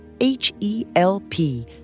H-E-L-P